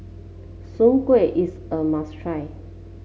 Soon Kuih is a must try